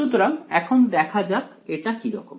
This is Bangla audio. সুতরাং এখন দেখা যাক এটা কিরকম